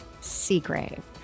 Seagrave